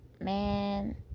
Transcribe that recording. man